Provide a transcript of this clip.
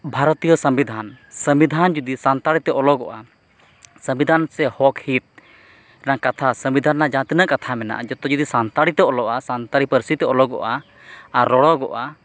ᱵᱷᱟᱨᱚᱛᱤᱭᱚ ᱥᱚᱝᱵᱤᱫᱷᱟᱱ ᱥᱚᱝᱵᱤᱫᱷᱟᱱ ᱡᱩᱫᱤ ᱥᱟᱱᱛᱟᱲᱤᱛᱮ ᱚᱞᱚᱜᱚᱜᱼᱟ ᱥᱚᱝᱵᱤᱫᱷᱟᱱ ᱥᱮ ᱦᱚᱠᱼᱦᱤᱛ ᱨᱮᱱᱟᱜ ᱠᱟᱛᱷᱟ ᱥᱚᱝᱵᱤᱫᱷᱟᱱ ᱨᱮᱱᱟᱜ ᱡᱟᱦᱟᱸ ᱛᱤᱱᱟᱹᱜ ᱠᱟᱛᱷᱟ ᱢᱮᱱᱟᱜᱼᱟ ᱡᱚᱛᱚ ᱡᱩᱫᱤ ᱥᱟᱱᱛᱟᱲᱤᱛᱮ ᱚᱞᱚᱜᱼᱟ ᱥᱟᱱᱛᱟᱲᱤ ᱯᱟᱹᱨᱥᱤᱛᱮ ᱚᱞᱚᱜᱚᱜᱼᱟ ᱟᱨ ᱨᱚᱲᱚᱜᱚᱜᱼᱟ